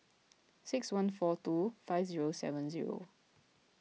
six one four two five zero seven zero